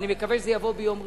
ואני מקווה שזה יבוא ביום רביעי.